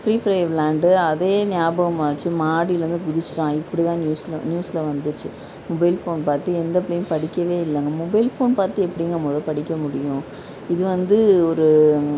free Fire விளாயாண்டு அதே ஞாபகம் ஆச்சு மாடியிலேந்து குதிச்சிட்டான் இப்படி தான் நியூஸ்ல நியூஸ்ல வந்துச்சு மொபைல் ஃபோன் பார்த்து எந்த பிள்ளையும் படிக்கவே இல்லங்க மொபைல் ஃபோன் பார்த்து எப்படிங்க முதோ படிக்க முடியும் இது வந்து ஒரு